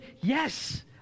yes